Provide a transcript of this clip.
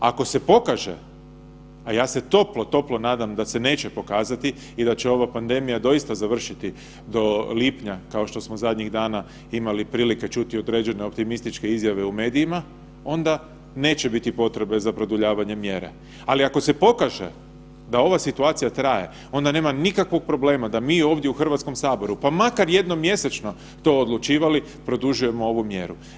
Ako se pokaže, a ja se toplo, toplo nadam da se neće pokazati i da će ova pandemija doista završiti do lipnja kao što smo zadnjih dana imali prilike čuti određene optimističke izjave u medijima onda neće biti produljivanjem mjere, ali ako se pokaže da ova situacija traje onda nema nikakvog problema da mi ovdje u Hrvatskom saboru pa makar jednom mjesečno to odlučivali, produžujemo ovu mjeru.